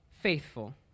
faithful